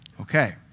Okay